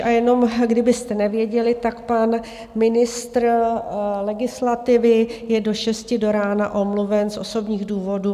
A jenom kdybyste nevěděli, tak pan ministr legislativy je do šesti do rána omluven z osobních důvodů.